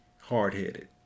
hard-headed